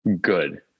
good